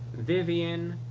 vivian,